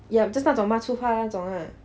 ya 就是骂粗话那种 ah